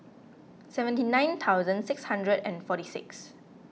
seventy nine thousand six hundred and forty six